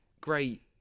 great